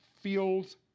feels